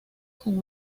con